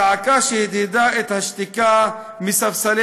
צעקה שהדהדה את השתיקה מספסלי